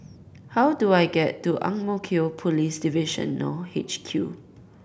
how do I get to Ang Mo Kio Police Divisional H Q